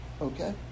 Okay